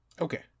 okay